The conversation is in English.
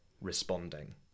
responding